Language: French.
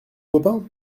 baupin